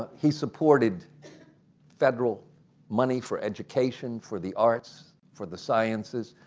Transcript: but he supported federal money for education, for the arts, for the sciences.